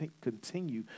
continue